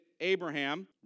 Abraham